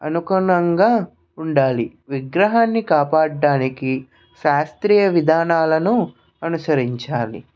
అనుకూలంగా ఉండాలి విగ్రహాన్ని కాపాడడానికి శాస్త్రీయ విధానాలను అనుసరించాలి